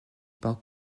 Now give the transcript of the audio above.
pas